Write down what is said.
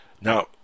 Now